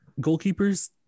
goalkeepers